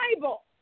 Bible